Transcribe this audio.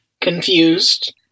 confused